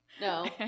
No